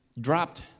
dropped